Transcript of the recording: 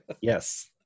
Yes